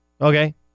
Okay